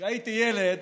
כשהייתי ילד